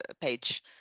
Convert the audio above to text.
page